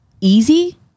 easy